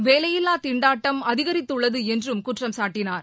வேலையில்லாத் திண்டாட்டம் அதிகரித்துள்ளதுஎன்றும் குற்றம் சாட்டினார்